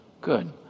Good